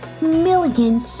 million